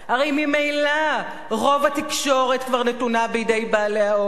הרי ממילא רוב התקשורת כבר נתונה בידי בעלי ההון.